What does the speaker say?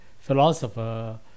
philosopher